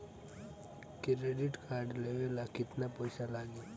Credit card लेवे ला केतना पइसा लागी?